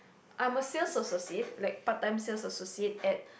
I'm a sales associate like part time sales associate at